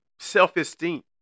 self-esteem